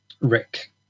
rick